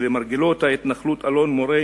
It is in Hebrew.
שלמרגלות ההתנחלות אלון-מורה,